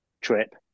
trip